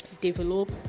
develop